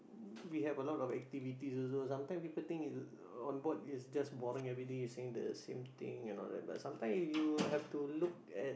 we have a lot of activities also sometime people think on board is just boring everyday seeing the same thing and all that but sometime you have to look at